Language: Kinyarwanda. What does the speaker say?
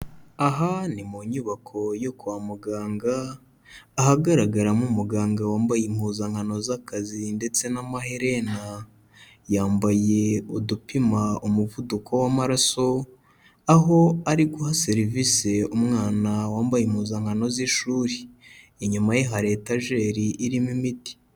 Aha ni mu nyubako yo kwa muganga, ahagaragaramo umuganga wambaye impuzankano z'akazi ndetse n'amaherena, yambaye udupima umuvuduko w'amaraso, aho ari guha serivise umwana wambaye impuzankano z'ishuri, inyuma ye hari etajeri irimo imiti.